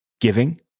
Giving